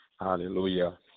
Hallelujah